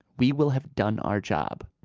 we will have done our job.